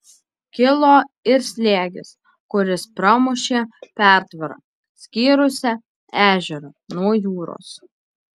kilo ir slėgis kuris pramušė pertvarą skyrusią ežerą nuo jūros